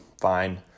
fine